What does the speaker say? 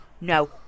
No